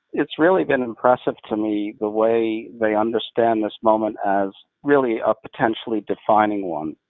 it's really been impressive to me the way they understand this moment as really a potentially defining one,